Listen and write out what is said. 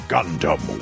Gundam